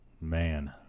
Man